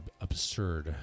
absurd